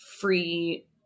free